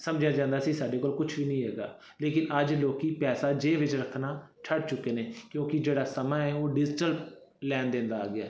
ਸਮਝਿਆ ਜਾਂਦਾ ਸੀ ਸਾਡੇ ਕੋਲ ਕੁਛ ਵੀ ਨਹੀਂ ਹੈਗਾ ਲੇਕਿਨ ਅੱਜ ਲੋਕ ਪੈਸਾ ਜੇਬ ਵਿੱਚ ਰੱਖਣਾ ਛੱਡ ਚੁੱਕੇ ਨੇ ਕਿਉਂਕਿ ਜਿਹੜਾ ਸਮਾਂ ਹੈ ਉਹ ਡਿਜਟਲ ਲੈਣ ਦੇਣ ਦਾ ਆ ਗਿਆ